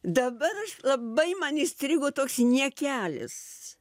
dabar labai man įstrigo toks niekelis